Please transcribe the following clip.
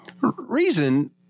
reason